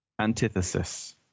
Antithesis